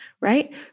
right